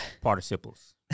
participles